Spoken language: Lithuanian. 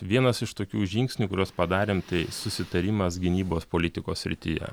vienas iš tokių žingsnių kuriuos padarėm tai susitarimas gynybos politikos srityje